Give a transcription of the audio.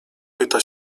pyta